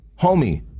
Homie